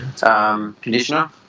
Conditioner